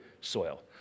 soil